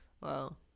Wow